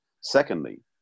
Secondly